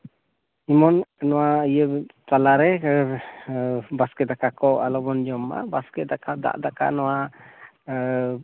ᱮᱢᱚᱱ ᱱᱚᱣᱟ ᱤᱭᱟᱹ ᱛᱟᱞᱟᱨᱮ ᱵᱟᱥᱠᱮ ᱫᱟᱠᱟ ᱠᱚ ᱟᱞᱚ ᱵᱚᱱ ᱡᱚᱢ ᱢᱟ ᱵᱟᱥᱠᱮ ᱫᱟᱠᱟ ᱫᱟᱜ ᱫᱟᱠᱟ ᱱᱚᱣᱟ